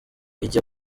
ijye